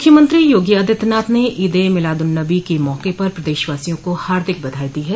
मुख्यमंत्री योगी आदित्यनाथ ने ईद ए मिलादु नबी के मौके पर प्रदेशवासियों को हार्दिक बधाई दी है